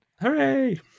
Hooray